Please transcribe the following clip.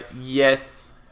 Yes